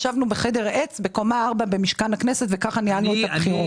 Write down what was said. ישבנו בחדר עץ בקומה 4 במשכן הכנסת וככה ניהלנו את הבחירות.